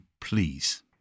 please